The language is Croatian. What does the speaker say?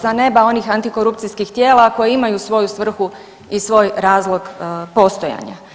sa neba onih antikorupcijskih tijela koji imaju svoju svrhu i svoj razlog postojanja.